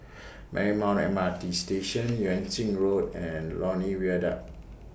Marymount M R T Station Yuan Ching Road and Lornie Viaduct